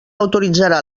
autoritzarà